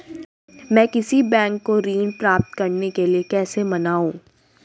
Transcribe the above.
मैं किसी बैंक को ऋण प्राप्त करने के लिए कैसे मनाऊं?